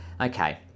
okay